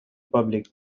public